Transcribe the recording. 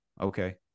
Okay